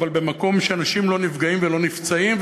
אבל במקום שאנשים לא נפגעים ולא נפצעים.